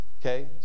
okay